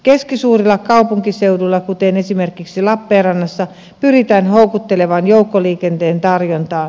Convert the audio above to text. keskisuurilla kaupunkiseuduilla kuten esimerkiksi lappeenrannassa pyritään houkuttelevaan joukkoliikenteen tarjontaan